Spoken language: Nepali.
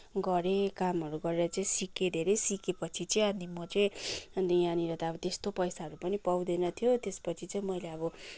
गरेँ कामहरू चाहिँ गरेर सिकेँ धेरै सिकेपछि चाहिँ अनि म चाहिँ अनि यहाँनिर त अब त्यस्तो पैसाहरू पनि पाउँदैन्थ्यो त्यसपछि चाहिँ मैले अब